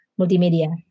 multimedia